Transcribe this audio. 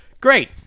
Great